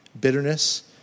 bitterness